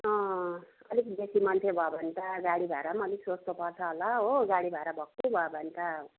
अँ अलिक बेसी मान्छे भयो भन्त गाडी भाडा पनि अलिक सस्तो पर्छ होला हो गाडी भाडा भक्कु भयो भने त